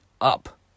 up